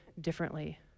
differently